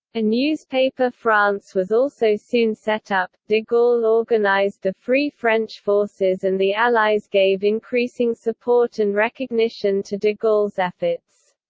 a newspaper france was also soon set up de gaulle organised the free french forces and the allies gave increasing support and recognition to de gaulle's efforts.